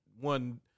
one